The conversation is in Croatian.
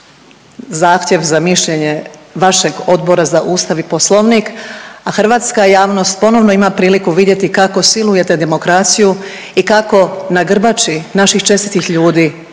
zahtjev za mišljenje vašeg Odbora za Ustav i Poslovnik, a hrvatska javnost ponovno ima priliku vidjeti kako silujete demokraciju i kako na grbači naših čestitih ljudi